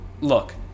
look